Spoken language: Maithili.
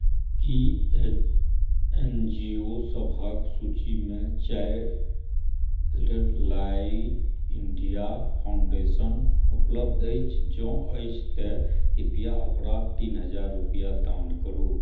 की एन जी ओ सभक सूचीमे चाइल्डलाइन इण्डिया फाउण्डेशन उपलब्ध अछि जँ अछि तऽ कृप्या ओकरा तीन हजार रूपैआ दान करू